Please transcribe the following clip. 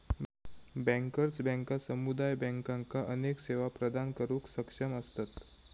bankers बँका समुदाय बँकांका अनेक सेवा प्रदान करुक सक्षम असतत